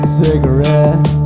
cigarette